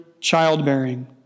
childbearing